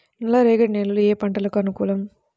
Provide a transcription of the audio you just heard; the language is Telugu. నల్ల రేగడి నేలలు ఏ పంటకు అనుకూలం?